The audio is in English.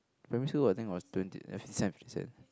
primary school the thing was twenty seventy cent